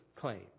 claim